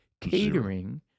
catering